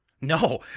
No